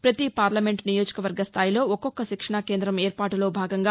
ప్రతి పార్లమెంట్ నియోజకవర్గ స్థాయిలో ఒక్కొక్క శిక్షణ కేంద్రం ఏర్పాటులో భాగంగా